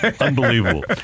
unbelievable